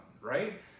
Right